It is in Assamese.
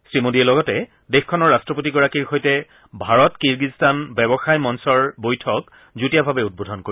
শ্ৰীমোডীয়ে লগতে দেশখনৰ ৰাট্টপতিগৰাকীৰ সৈতে ভাৰত কিৰ্গিজস্তান ব্যৱসায় মঞ্চৰ বৈঠক যুটীয়াভাৱে উদ্বোধন কৰিব